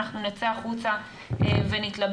נצא החוצה ונתלבט.